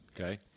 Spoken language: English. Okay